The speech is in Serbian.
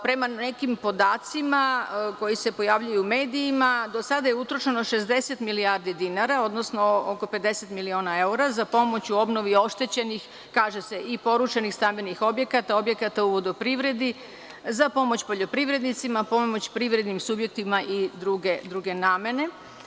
Prema nekim podacima koji se pojavljuju u medijima, do sada je utrošeno 60 milijardi dinara, odnosno oko 50 miliona evra, za pomoć u obnovi oštećenih, kaže se, i porušenih stambenih objekata, objekata u vodoprivredi, za pomoć poljoprivrednicima, pomoć privrednim subjektima i druge namene.